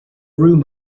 room